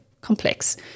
complex